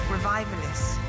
Revivalists